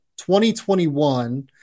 2021